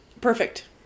Perfect